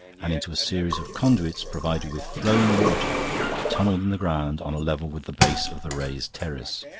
and into a series of conduits provided with flowing water tunnelled in the ground on a level with the base of the raised terrace.